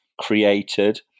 created